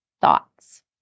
thoughts